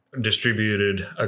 distributed